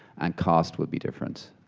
and cost would be different,